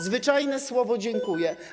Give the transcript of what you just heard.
Zwyczajne słowo: dziękuję.